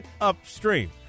upstream